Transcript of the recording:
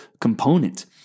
component